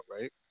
right